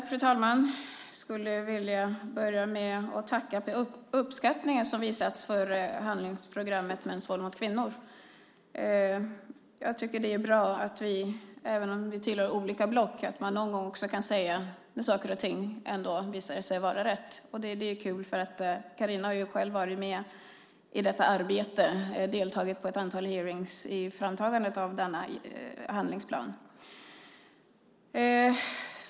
Fru talman! Jag skulle vilja börja med att tacka för den uppskattning som visats för handlingsprogrammet Mäns våld mot kvinnor. Jag tycker att det är bra att vi, även om vi tillhör olika block, någon gång också kan tala om när saker och ting visade sig vara rätt. Det är kul. Carina har själv varit med i detta arbete och deltagit i ett antal hearings under framtagandet av denna handlingsplan.